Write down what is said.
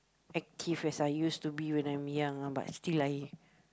active as I used to be when I'm young ah but still I